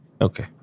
Okay